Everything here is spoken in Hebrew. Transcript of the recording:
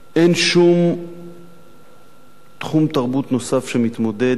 אין שום תחום תרבות נוסף שמתמודד עם